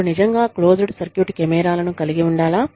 మీరు నిజంగా closed circuit కెమెరాలను కలిగి ఉండాలా